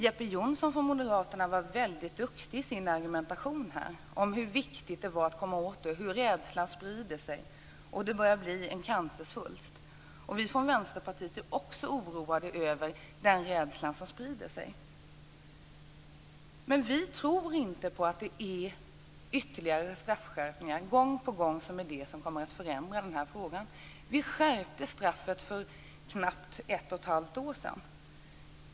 Jeppe Johnsson från Moderaterna var väldigt duktig i sin argumentation här om hur viktigt det är att komma åt detta, om hur rädslan sprider sig och om att detta börjar bli en cancersvulst. Vi i Vänsterpartiet är också oroade över den rädsla som sprider sig men vi tror inte att det är ytterligare straffskärpningar gång på gång som är det som kommer att åstadkomma en förändring i frågan. För knappt ett och ett halvt år sedan skärpte vi straffet.